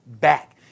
back